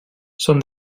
són